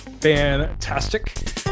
Fantastic